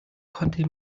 konnte